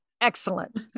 excellent